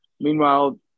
Meanwhile